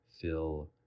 fill